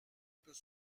peut